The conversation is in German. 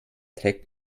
trägt